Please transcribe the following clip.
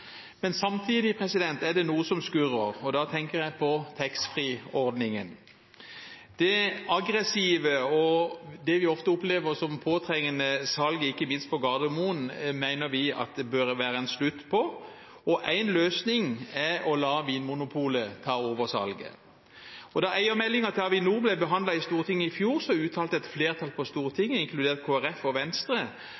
Men samtidig er det noe som skurrer, og da tenker jeg på taxfree-ordningen. Det aggressive og – som vi ofte opplever det som – påtrengende salget, ikke minst på Gardermoen, mener vi det bør være slutt på. Én løsning er å la Vinmonopolet ta over salget. Da eiermeldingen til Avinor ble behandlet i Stortinget i fjor, uttalte et flertall på